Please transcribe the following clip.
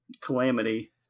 calamity